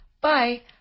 Bye